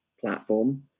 platform